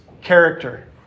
character